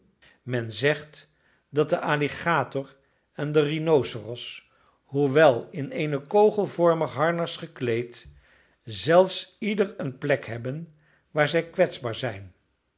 men zegt dat de aligator en de rhinoceros hoewel in een kogelvormig harnas gekleed zelfs ieder een plek hebben waar zij kwetsbaar zijn